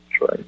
right